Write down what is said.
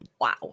wow